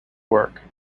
work